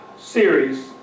series